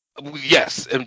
Yes